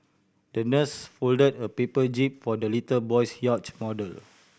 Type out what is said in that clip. the nurse folded a paper jib for the little boy's yacht model